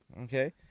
Okay